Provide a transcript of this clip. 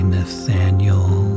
Nathaniel